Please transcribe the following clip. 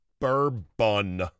bourbon